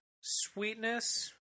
sweetness